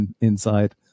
inside